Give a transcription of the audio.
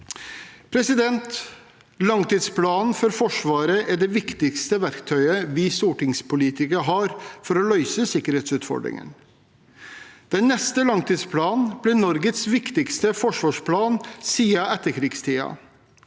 nytte av. Langtidsplanen for Forsvaret er det viktigste verktøyet vi stortingspolitikere har for å løse sikkerhetsut fordringene. Den neste langtidsplanen blir Norges viktigste forsvarsplan siden etterkrigstiden.